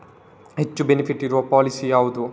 ಹೆಚ್ಚು ಬೆನಿಫಿಟ್ ಇರುವ ಪಾಲಿಸಿ ಯಾವುದು?